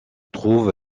trouve